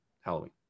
halloween